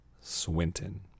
Swinton